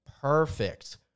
perfect